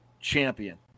champion